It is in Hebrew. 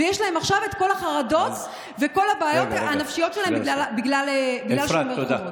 ויש להם עכשיו את כל החרדות וכל הבעיות הנפשיות שלהם בגלל שומר החומות.